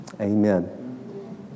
amen